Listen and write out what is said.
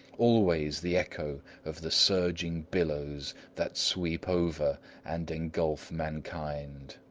always the echo of the surging billows that sweep over and engulf mankind!